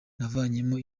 navanyemo